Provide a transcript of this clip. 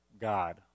God